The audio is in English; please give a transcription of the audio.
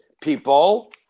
People